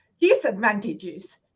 disadvantages